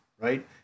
right